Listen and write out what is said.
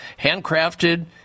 Handcrafted